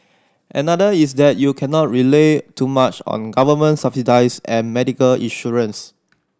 another is that you cannot rely too much on government subsidies and medical insurance